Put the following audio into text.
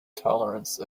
tolerance